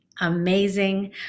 amazing